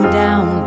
down